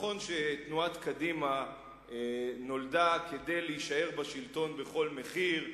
נכון שתנועת קדימה נולדה כדי להישאר בשלטון בכל מחיר,